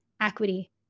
equity